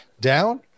down